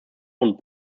und